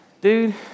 dude